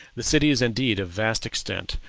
the city is indeed of vast extent.